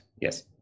Yes